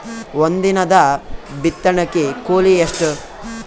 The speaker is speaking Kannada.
ಒಂದಿನದ ಬಿತ್ತಣಕಿ ಕೂಲಿ ಎಷ್ಟ?